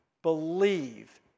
Believe